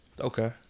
Okay